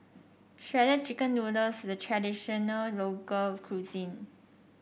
Shredded Chicken Noodles the traditional local cuisine